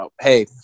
Hey